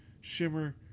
Shimmer